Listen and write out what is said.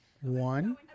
One